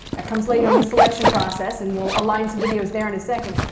that comes later in the selection process and we'll align some videos there in a second,